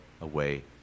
away